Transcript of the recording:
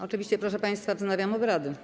Oczywiście, proszę państwa, wznowiłam obrady.